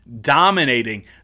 dominating